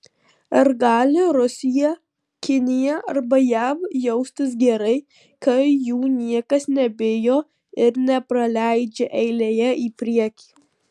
ar gali rusija kinija arba jav jaustis gerai kai jų niekas nebijo ir nepraleidžia eilėje į priekį